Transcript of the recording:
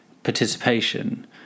participation